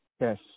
Yes